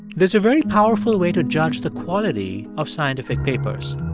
there's a very powerful way to judge the quality of scientific papers.